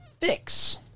fix